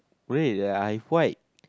where that I have white